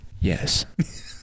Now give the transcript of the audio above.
yes